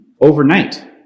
overnight